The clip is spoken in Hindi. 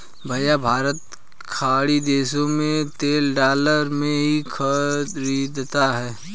भैया भारत खाड़ी देशों से तेल डॉलर में ही खरीदता है